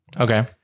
okay